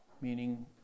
meaning